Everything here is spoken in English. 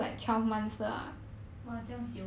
!wah! 这样久的 ah